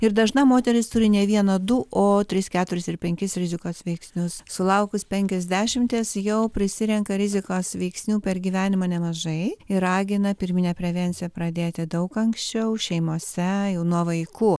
ir dažna moteris turi ne vieną du o tris keturis ir penkis rizikos veiksnius sulaukus penkiasdešimties jau prisirenka rizikos veiksnių per gyvenimą nemažai ir ragina pirminę prevenciją pradėti daug anksčiau šeimose jau nuo vaikų